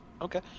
Okay